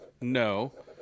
no